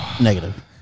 Negative